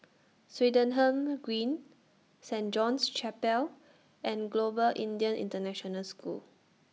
Swettenham Green Saint John's Chapel and Global Indian International School